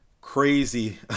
crazy